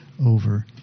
over